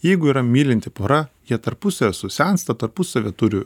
jeigu yra mylinti pora jie tarpusavyje susensta tarpusavy turi